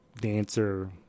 dancer